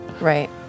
Right